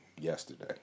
yesterday